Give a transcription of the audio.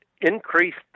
increased